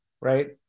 right